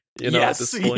Yes